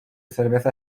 cerveza